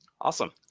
awesome